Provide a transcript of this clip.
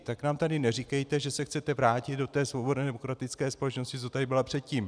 Tak nám tady neříkejte, že se chcete vrátit do té svobodné demokratické společnosti, co tady byla předtím.